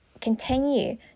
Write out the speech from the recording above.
continue